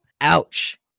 Ouch